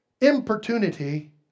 importunity